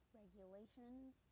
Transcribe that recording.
regulations